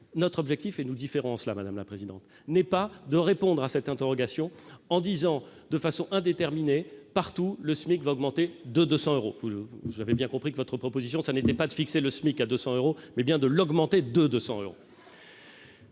Notre objectif, et c'est la différence entre nous, madame la présidente Assassi, n'est pas de répondre à cette interrogation en disant partout de façon indéterminée que le SMIC va augmenter de 200 euros- j'avais bien compris que votre proposition n'était pas de fixer le SMIC à 200 euros, mais bien de l'augmenter de 200 euros.